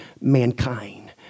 mankind